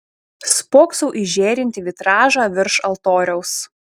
spoksau į žėrintį vitražą virš altoriaus